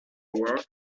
work